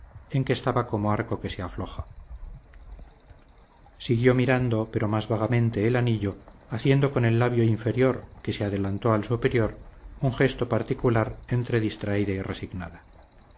en que estaba como arco que se afloja siguió mirando pero más vagamente el anillo haciendo con el labio inferior que se adelantó al superior un gesto particular entre distraída y resignada